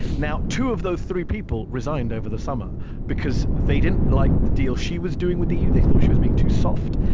now, two of those three people resigned over the summer because they didn't like the deal she was doing with the eu. they thought she was being too soft,